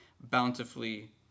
bountifully